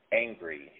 angry